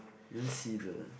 didn't see the